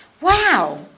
Wow